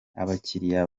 abakiliya